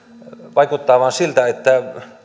vaikuttaa vain siltä että